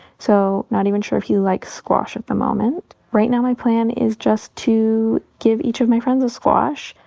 so not even sure if he likes squash at the moment. right now, my plan is just to give each of my friends a squash,